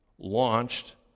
launched